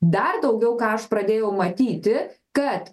dar daugiau ką aš pradėjau matyti kad